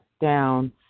down